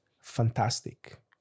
fantastic